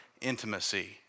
intimacy